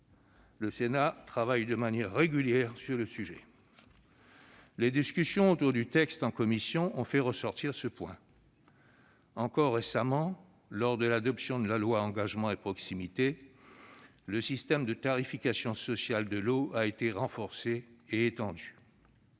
Le Sénat travaille de manière régulière sur le sujet. Les discussions autour du texte en commission ont fait ressortir ce point. Encore récemment, lors de l'adoption de la loi Engagement et proximité, le système de tarification sociale de l'eau a été renforcé et étendu.